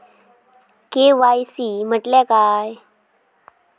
KYC म्हटल्या काय?